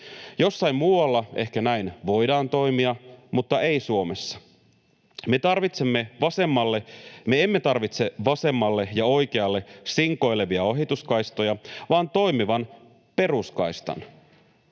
Jossain muualla ehkä näin voidaan toimia mutta ei Suomessa. Me emme tarvitse vasemmalle ja oikealle sinkoilevia ohituskaistoja vaan toimivan peruskaistan.